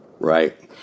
Right